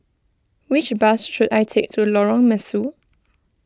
which bus should I take to Lorong Mesu